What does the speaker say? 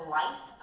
life